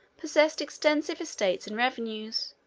possessed extensive estates and revenues,